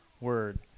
Word